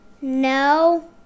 No